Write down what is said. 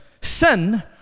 sin